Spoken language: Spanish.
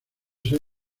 ser